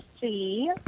see